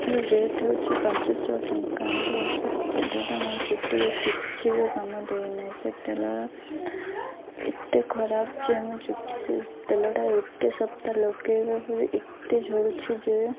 rate ହେଉଛି ପାଞ୍ଚଶହ ଟଙ୍କା ହେଲେ ସେ ତେଲଟା ମୁଁ ଚୁଟିକୁ କିଛି ବି କାମ ଦେଇନି ସେ ତେଲ ଏତେ ଖରାପ ଯେ ମୁଁ ଚୁଟି ସେ ତେଲଟା ଗୋଟେ ସପ୍ତାହ ଲଗାଇବା ପରେ ଏତେ ଝଡ଼ୁଛି ଯେ